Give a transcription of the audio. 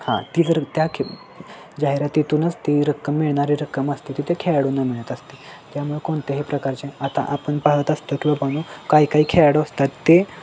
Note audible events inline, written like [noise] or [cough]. हां ती जर त्या खे जाहिरातूनच ती रक्कम मिळणारी रक्कम असते ती त्या खेळाडूंना मिळत असते त्यामुळे कोणत्याही प्रकारचे आता आपण पाहत असतो किंवा [unintelligible] काही काही खेळाडू असतात ते